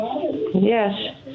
Yes